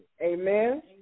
Amen